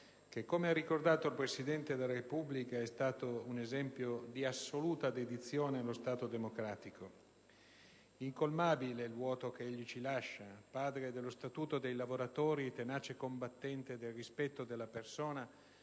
che, come ha ricordato il Presidente della Repubblica, è stato un esempio di assoluta dedizione allo Stato democratico. Incolmabile il vuoto che egli ci lascia: padre dello Statuto dei lavoratori, tenace combattente del rispetto della persona